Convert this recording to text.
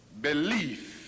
belief